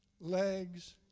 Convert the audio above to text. legs